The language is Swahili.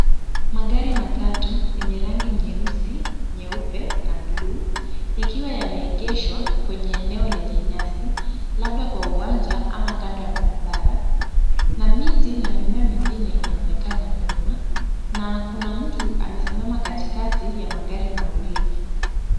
Magari matatu yenye rangi nyeusi, nyeupe na bluu yakiwa yameegeshwa kwenye eneo lenye nyasi labda kwa uwanja ama kando ya barabara na miti na mimea mengine inaonekana nyuma na kuna mtu amesimama katikati ya magari mawili.